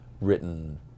written